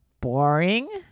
boring